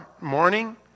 morning